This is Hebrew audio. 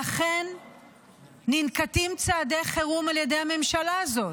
ואכן ננקטים צעדי חירום על ידי הממשלה הזאת: